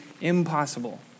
impossible